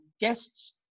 guests